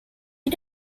you